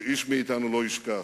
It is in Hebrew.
שאיש מאתנו לא ישכח.